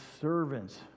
servants